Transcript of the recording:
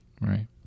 Right